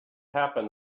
happened